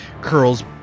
curls